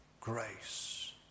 grace